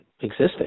existing